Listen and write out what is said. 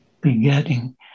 Begetting